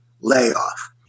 layoff